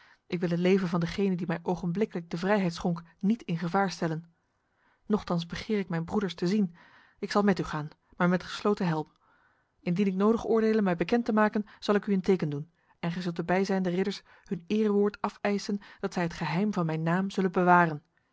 ik wil het leven van degene die mij ogenblikkelijk de vrijheid schonk niet in gevaar stellen nochtans begeer ik mijn broeders te zien ik zal met u gaan maar met gesloten helm indien ik nodig oordele mij bekend te maken zal ik u een teken doen en gij zult de bijzijnde ridders hun erewoord afeisen dat zij het geheim van mijn naam zullen bewaren